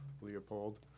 Leopold